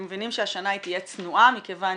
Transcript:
אנחנו מבינים שהשנה היא תהיה צנועה מכיוון